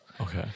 Okay